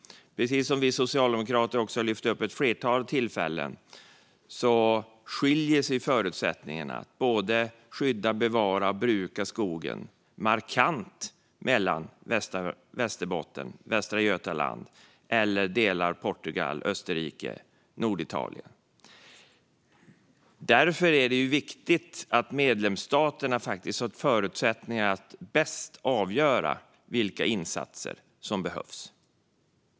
Precis som vi socialdemokrater har lyft upp vid ett flertal tillfällen skiljer sig förutsättningarna för att skydda, bevara och bruka skogen markant mellan Västerbotten och Västra Götaland och delar av Portugal, Österrike och Norditalien. Därför är det viktigt att säga att medlemsstaterna har bäst förutsättningar att avgöra vilka insatser som behövs.